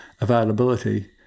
availability